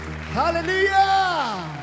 Hallelujah